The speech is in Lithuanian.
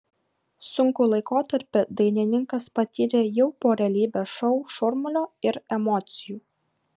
sunkų laikotarpį dainininkas patyrė jau po realybės šou šurmulio ir emocijų